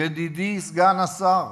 ידידי סגן השר,